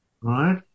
right